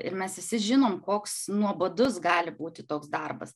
ir mes visi žinom koks nuobodus gali būti toks darbas